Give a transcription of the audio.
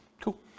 Cool